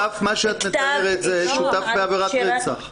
מתארת זה שותף בעבירת רצח.